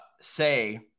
say